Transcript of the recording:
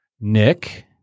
Nick